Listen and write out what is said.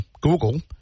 Google